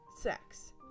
sex